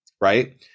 Right